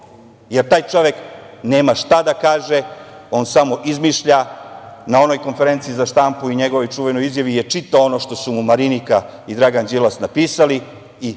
jer taj čovek nema šta da kaže. On samo izmišlja. Na onoj konferenciji za štampu i njegovoj čuvenoj izjavi čitao je ono što su mu Marinika i Dragan Đilas napisali i jednostavno